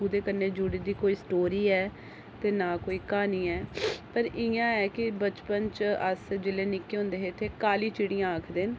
उदे कन्नै जुड़ी दी कोई स्टोरी ऐ ते ना कोई क्हानी ऐ पर इ'यां ऐ कि बचपन च अस जिले निक्के होंदे हे ते काली चिड़ियां आखदे न